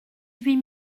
huit